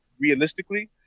realistically